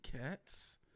cats